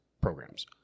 programs